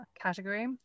category